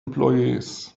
employees